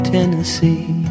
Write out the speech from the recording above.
Tennessee